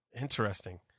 Interesting